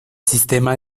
sistema